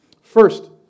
first